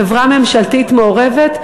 "חברה ממשלתית מעורבת".